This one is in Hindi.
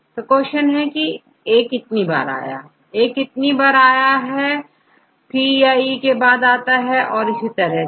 तो दूसरा क्वेश्चन है कि A कितनी बार है और A के बाद कितनी बार आता है A कितनी बार C याE के बाद आता है और इसी तरह से